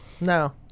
No